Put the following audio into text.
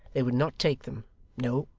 they would not take them, no,